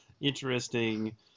interesting